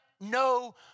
no